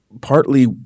Partly